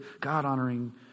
God-honoring